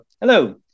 hello